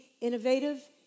innovative